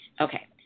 Okay